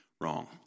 wrong